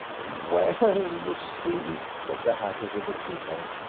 well, you see, said the hatter with a giggle,